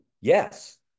yes